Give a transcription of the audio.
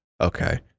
Okay